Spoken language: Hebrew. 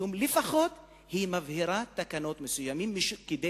משום שלפחות היא מבהירה תקנות מסוימות כדי